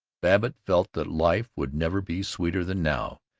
babbitt felt that life would never be sweeter than now,